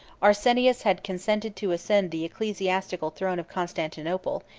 arsenius had consented to ascend the ecclesiastical throne of constantinople,